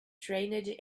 trained